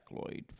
Lloyd